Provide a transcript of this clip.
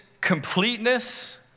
completeness